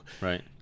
Right